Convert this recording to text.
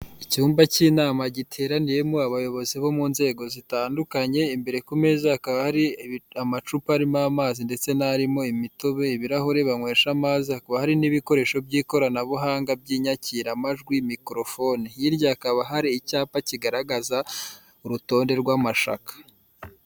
Icyumba cy'inama giteraniyemo abayobozi bo mu nzego zitandukanye, imbere ku meza hakaba hari amacupa arimo amazi ndetse n'arimo imitobe, ibirahuri banywesha amazi, hakaba hari n'ibikoresho by'ikoranabuhanga by'inyakiramajwi mikorofone, hirya hakaba hari icyapa kigaragaza urutonde rw'amashaka.